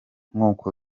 nk’uko